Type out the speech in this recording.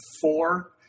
four